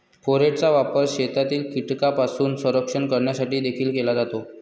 फोरेटचा वापर शेतातील कीटकांपासून संरक्षण करण्यासाठी देखील केला जातो